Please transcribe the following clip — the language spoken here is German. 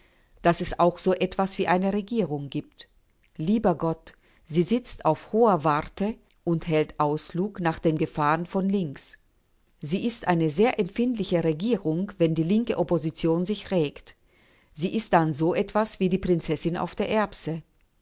daß es auch so etwas wie eine regierung gibt lieber gott sie sitzt auf hoher warte und hält auslug nach den gefahren von links sie ist eine sehr empfindliche regierung wenn die linke opposition sich regt sie ist dann so etwas wie die prinzessin auf der erbse